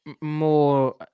more